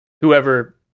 whoever